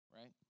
right